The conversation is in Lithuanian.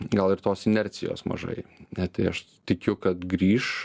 gal ir tos inercijos mažai ne tai aš tikiu kad grįš